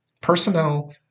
Personnel